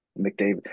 McDavid